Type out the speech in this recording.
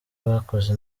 bakoze